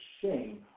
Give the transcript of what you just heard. shame